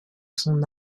son